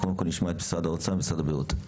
קודם כול נשמע את משרד האוצר ומשרד הבריאות.